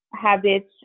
habits